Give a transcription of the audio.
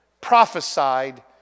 prophesied